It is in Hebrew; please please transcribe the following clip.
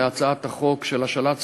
בהצעת חוק השאלת ספרים.